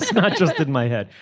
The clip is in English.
not just in my head.